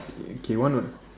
kay why not